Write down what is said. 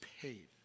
paid